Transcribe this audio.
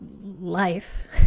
life